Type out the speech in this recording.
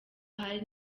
hari